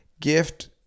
gift